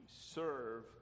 serve